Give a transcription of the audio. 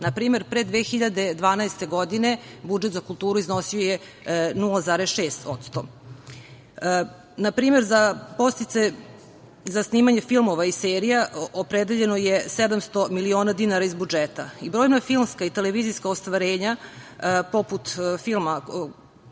primer, pre 2012. godine budžet za kulturu je iznosio 0,6%. Na primer, za podsticaje za snimanje filmova i serija opredeljeno je 700 miliona dinara iz budžeta. Brojna filmska i televizijska ostvarenja, poput filma